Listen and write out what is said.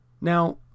Now